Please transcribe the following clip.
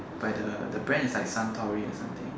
by the the brand is like suntory or something